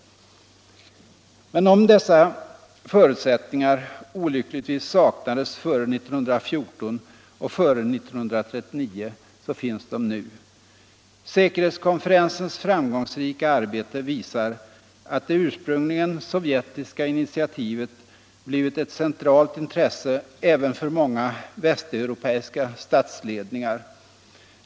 Men om dessa förutsättningar olyckligtvis saknades före 1914 och före 1939, så finns de nu. Säkerhetskonferensens framgångsrika arbete visar att det ursprungligen sovjetiska initiativet blivit ett centralt intresse även för många västeuropeiska statsledningar.